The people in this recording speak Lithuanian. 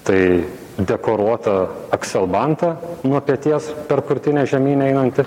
tai dekoruota akselbanta nuo peties per krūtinę žemyn einanti